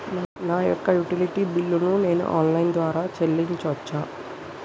నా యొక్క utility bill ను నేను ఆన్ లైన్ ద్వారా చెల్లించొచ్చా?